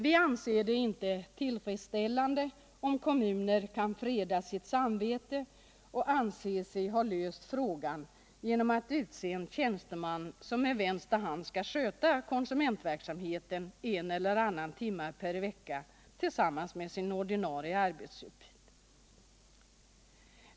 Vi anser det inte tillfredställande om kommuner kan freda sitt samvete och anse sig ha löst frågan genom att utse en tjänsteman, som med vänster hand skall sköta konsumentverksamheten en eller annan timme per vecka tillsammans med sin ordinarie arbetsuppgift.